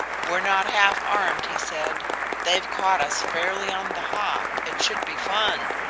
we're not half-armed, he said they've caught us fairly on the hop it should be fun!